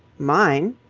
mine.